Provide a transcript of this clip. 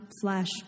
flesh